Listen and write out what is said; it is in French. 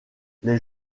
les